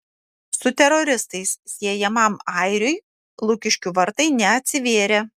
su teroristais siejamam airiui lukiškių vartai neatsivėrė